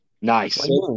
Nice